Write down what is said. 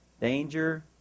Danger